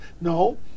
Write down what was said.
No